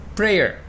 prayer